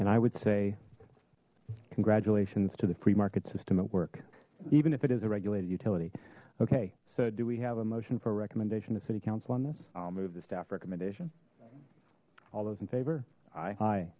and i would say congratulations to the free market system at work even if it is a regulated utility okay so do we have a motion for a recommendation to city council on this i'll move the staff recommendation all those in favor